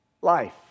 life